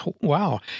wow